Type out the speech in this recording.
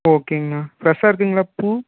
ஓகேங்கண்ணா ஃபிரெஷ்ஷாக இருக்கும்ங்களா பூ